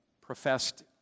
professed